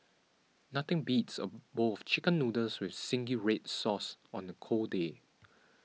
nothing beats a bowl of Chicken Noodles with Zingy Red Sauce on a cold day